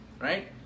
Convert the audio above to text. right